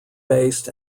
based